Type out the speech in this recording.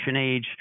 age